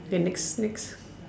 okay next next